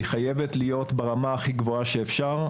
והיא חייבת להיות ברמה הכי גבוהה שאפשר.